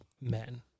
men